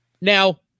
Now